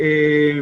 שאם